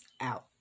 out